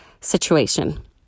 situation